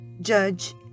judge